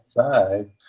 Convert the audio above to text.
outside